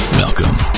welcome